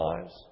lives